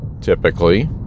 typically